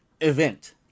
event